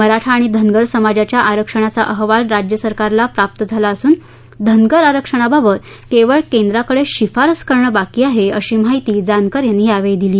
मराठा आणि धनगर समाजाच्या आरक्षणाचा अहवाल राज्य सरकारला प्राप्त झाला असून धनगर आरक्षणाबाबत केवळ केंद्राकडे शिफारस करणं बाकी आहे अशी माहिती जानकर यांनी यावेळी दिली